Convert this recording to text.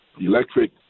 electric